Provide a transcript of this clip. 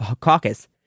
Caucus